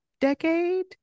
decade